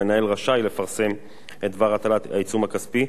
המנהל רשאי לפרסם את דבר הטלת העיצום הכספי,